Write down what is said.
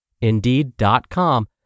Indeed.com